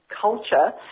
culture